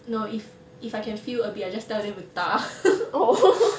no if if I can feel a bit I just tell them to 打